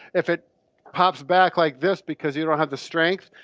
if it pops back like this, because you don't have the strength,